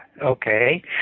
okay